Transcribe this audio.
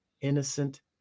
innocent